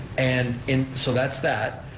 and in, so, that's that,